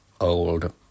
old